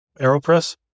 Aeropress